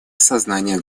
осознания